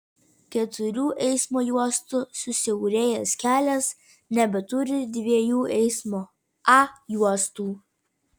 keturių eismo juostų susiaurėjęs kelias nebeturi dviejų eismo a juostų